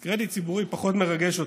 אז קרדיט ציבורי פחות מרגש אותי,